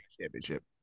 championship